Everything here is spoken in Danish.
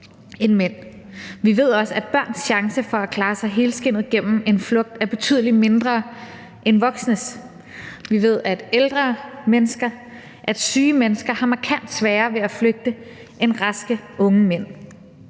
end mænd. Vi ved også, at børns chance for at klare sig helskindet gennem en flugt er betydelig mindre end voksnes. Vi ved, at ældre mennesker, at syge mennesker har markant sværere ved at flygte end raske unge mænd.